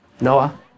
Noah